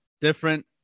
different